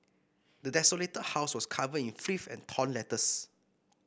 the desolated house was covered in filth and torn letters